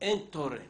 אין תורן